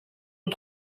aux